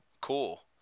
Cool